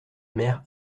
mère